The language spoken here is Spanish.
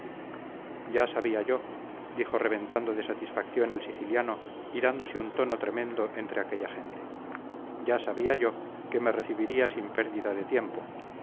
ya sabía yo dijo reventando de satisfacción el siciliano y dándose un tono tremendo entre aquella gente ya sabía yo que me recibiría sin pérdida de tiempo